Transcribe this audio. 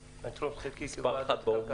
אני רוצה לתרום את חלקי בנושא זה לוועדת הכלכלה.